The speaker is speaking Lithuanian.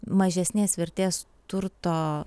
mažesnės vertės turto